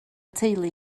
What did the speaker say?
teulu